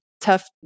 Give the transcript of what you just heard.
tough